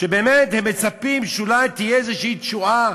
שבאמת הם מצפים שאולי תהיה איזו תשועה,